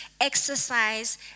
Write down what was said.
exercise